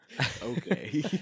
Okay